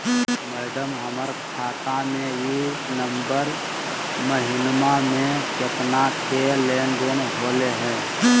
madam, हमर खाता में ई नवंबर महीनमा में केतना के लेन देन होले है